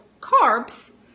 carbs